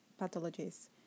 pathologies